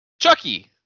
Chucky